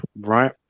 right